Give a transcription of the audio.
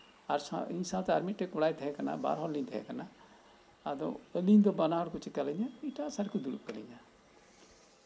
ᱟᱨ ᱥᱟᱶ ᱤᱧ ᱥᱟᱶᱛᱮ ᱟᱨ ᱢᱤᱫᱴᱮᱡ ᱠᱚᱲᱟᱭ ᱛᱟᱦᱮᱸᱠᱟᱱᱟ ᱵᱟᱨ ᱦᱚᱲ ᱞᱤᱧ ᱛᱟᱦᱮᱸᱠᱟᱱᱟ ᱟᱫᱚ ᱟᱞᱤᱧ ᱫᱚ ᱵᱟᱱᱟ ᱦᱚᱲ ᱠᱚ ᱪᱮᱠᱟᱞᱤᱧᱟ ᱮᱴᱟᱜ ᱥᱮᱡ ᱨᱮᱠᱚ ᱫᱩᱲᱩᱵ ᱠᱟᱞᱤᱧᱟᱹ